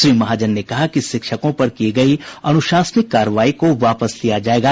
श्री महाजन ने कहा कि शिक्षकों पर की गयी अनुशासनिक कार्रवाई को वापस लिया जायेगा